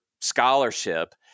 scholarship